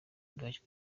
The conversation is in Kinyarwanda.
bwacyo